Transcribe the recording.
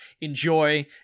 enjoy